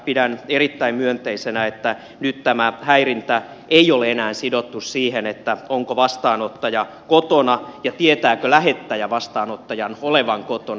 pidän erittäin myönteisenä että nyt tämä häirintä ei ole enää sidottu siihen onko vastaanottaja kotona ja tietääkö lähettäjä vastaanottajan olevan kotona